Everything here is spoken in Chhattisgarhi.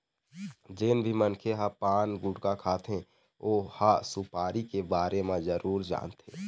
जेन भी मनखे ह पान, गुटका खाथे ओ ह सुपारी के बारे म जरूर जानथे